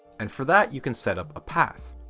and for that you can set up a path.